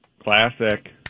Classic